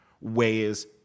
ways